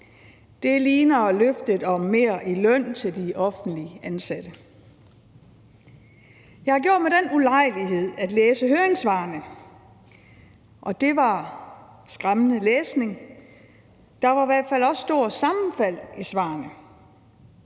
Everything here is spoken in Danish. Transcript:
Det ligner løftet om mere i løn til de offentligt ansatte. Jeg har gjort mig den ulejlighed at læse høringssvarene, og det var skræmmende læsning. Der var i hvert fald også store sammenfald i svarene.